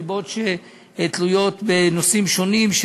סיבות שתלויות בנושאים שונים.